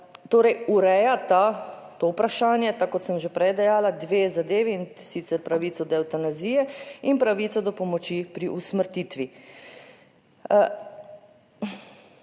torej urejata to vprašanje tako, kot sem že prej dejala, dve zadevi in sicer pravico do evtanazije in pravico do pomoči pri usmrtitvi.